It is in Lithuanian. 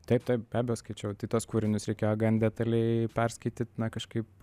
taip taip be abejo skaičiau tai tuos kūrinius reikėjo gan detaliai perskaityt na kažkaip